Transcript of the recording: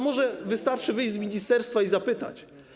Może wystarczy wyjść z ministerstwa i zapytać.